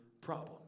problem